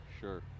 Sure